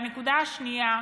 והנקודה השנייה,